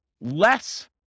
less